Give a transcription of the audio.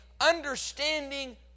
understanding